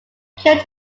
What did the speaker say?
killed